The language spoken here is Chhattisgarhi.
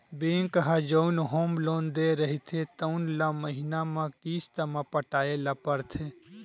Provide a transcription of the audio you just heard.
बेंक ह जउन होम लोन दे रहिथे तउन ल महिना म किस्त म पटाए ल परथे